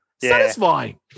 satisfying